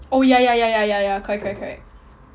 oh ya ya ya ya ya ya correct correct correct